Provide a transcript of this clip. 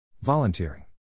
Volunteering